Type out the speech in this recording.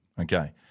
Okay